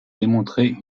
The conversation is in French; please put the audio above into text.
démontrer